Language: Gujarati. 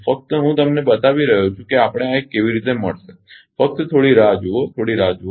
ફક્ત હું તમને બતાવી રહ્યો છું કે આપણે આ એક કેવી રીતે મળશે ફક્ત થોડી રાહ જુઓ થોડી રાહ જુઓ